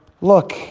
look